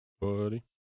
buddy